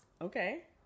Okay